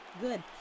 Good